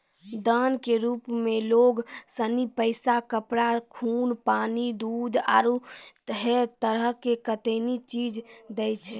दान के रुप मे लोग सनी पैसा, कपड़ा, खून, पानी, दूध, आरु है तरह के कतेनी चीज दैय छै